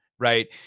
Right